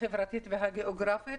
החברתית והגאוגרפית.